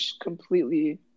completely